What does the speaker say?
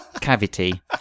cavity